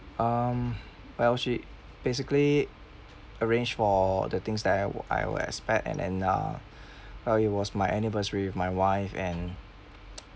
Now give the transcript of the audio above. um well she basically arranged for the things that I wo~ I would expect and and uh well it was my anniversary with my wife and